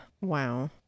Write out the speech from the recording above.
Wow